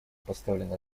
поставлена